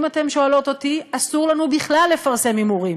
אם אתן שואלות אותי, אסור לנו בכלל לפרסם הימורים.